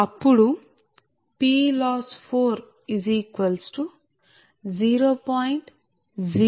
అప్పుడు PLoss40